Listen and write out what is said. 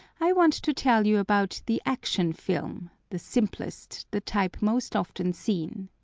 i want to tell you about the action film, the simplest, the type most often seen.